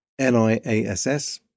NIASS